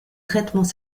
traitements